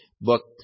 Book